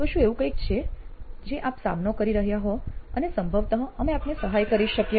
તો શું એવું કઈંક છે આપ જેનો સામનો કરી રહ્યા હો અને સંભવતઃ અમે આપને સહાય કરી શકીએ